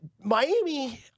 Miami